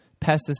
pesticides